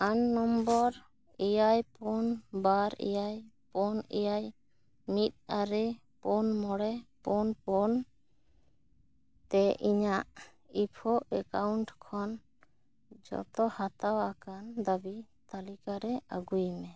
ᱟᱱ ᱱᱚᱢᱵᱚᱨ ᱮᱭᱟᱭ ᱯᱩᱱ ᱵᱟᱨ ᱮᱭᱟᱭ ᱯᱩᱱ ᱮᱭᱟᱭ ᱢᱤᱫ ᱟᱨᱮ ᱯᱩᱱ ᱢᱚᱬᱮ ᱯᱩᱱ ᱯᱩᱱ ᱛᱮ ᱤᱧᱟᱹᱜ ᱤᱯᱷᱳ ᱮᱠᱟᱣᱩᱱᱴ ᱠᱷᱚᱱ ᱡᱚᱛᱚ ᱦᱟᱛᱟᱣ ᱟᱠᱟᱱ ᱫᱟᱹᱵᱤ ᱛᱟᱹᱞᱤᱠᱟ ᱨᱮ ᱟᱹᱜᱩᱭ ᱢᱮ